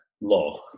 Loch